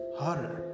horror